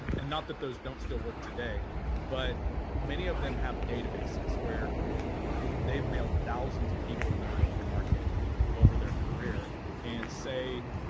and and not that those don't still work today but many of them have databases where they've mailed thousands of people in their local market over their career and say,